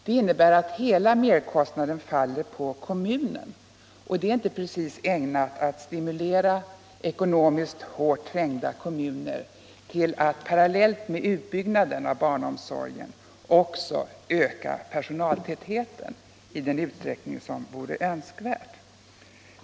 Det innebär att hela merkostnaden faller på kommunen, och det är inte precis ägnat att stimulera ekonomiskt hårt trängda kommuner till att parallellt med utbyggnaden av barnomsorgen öka personaltätheten i den utsträckning som vore önskvärd.